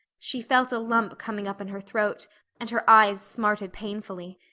she felt a lump coming up in her throat and her eyes smarted painfully.